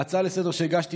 ההצעה לסדר-היום שהגשתי,